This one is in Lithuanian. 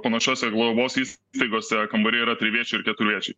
panašiose globos įstaigose kambariai yra triviečiai ir keturviečiai